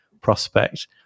prospect